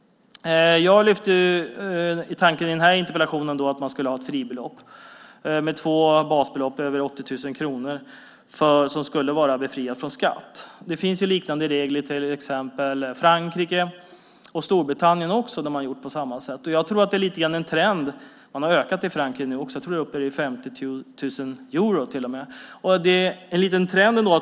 En tanke i den här interpellationen var att man skulle ha ett fribelopp med två basbelopp över 80 000 kronor som skulle vara befriat från skatt. Det finns liknande regler i till exempel Frankrike, i Storbritannien också där man har gjort på samma sätt. Jag tror att det lite grann är en trend. Man har ökat i Frankrike nu. Jag tror att det är uppe i 50 000 euro till och med. Det är en liten trend ändå.